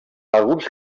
alguns